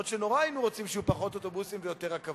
ונכון שנורא היינו רוצים שיהיו פחות אוטובוסים ויותר רכבות.